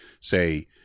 say